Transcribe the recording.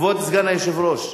כבוד סגן היושב-ראש?